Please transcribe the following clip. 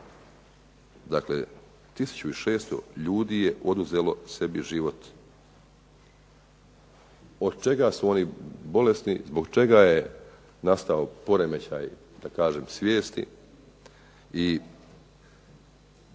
Dakle, 1600 ljudi je oduzelo sebi život. Od čega su oni bolesni? Zbog čega je nastao poremećaj da kažem svijesti?